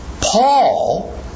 Paul